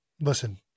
listen